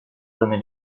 donner